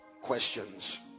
questions